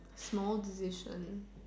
small decision